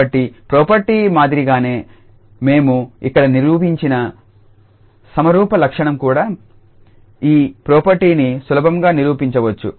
కాబట్టి ప్రోపర్టీ మాదిరిగానే మేము ఇక్కడ నిరూపించిన సమరూప లక్షణం కూడా ఈ ప్రోపర్టీని సులభంగా నిరూపించవచ్చు